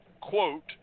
quote